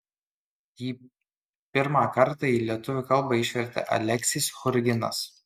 jį pirmą kartą į lietuvių kalbą išvertė aleksys churginas